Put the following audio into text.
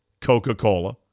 Coca-Cola